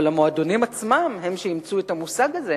אבל המועדונים עצמם הם שאימצו את המושג הזה,